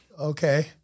Okay